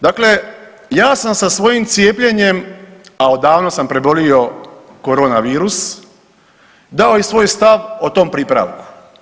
Dakle, ja sam sa svojim cijepljenjem, a odavno sam prebolio koronavirus dao i svoj stav o tom pripravku.